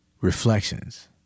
reflections